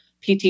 PT